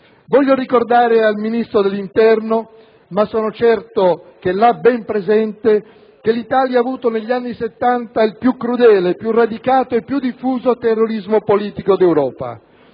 Voglio ricordare al Ministro dell'interno (ma sono certo che lo ha ben presente) che l'Italia ha avuto negli anni Settanta il più crudele, più radicato, più diffuso terrorismo politico d'Europa.